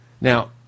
Now